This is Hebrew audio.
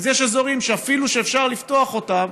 אז יש אזורים שאפילו שאפשר לפתוח אותם,